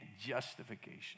justification